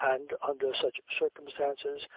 and, under such circumstances,